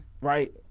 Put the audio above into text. Right